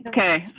ah okay,